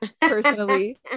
personally